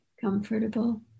comfortable